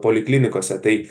poliklinikose tai